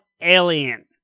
Alien